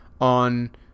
on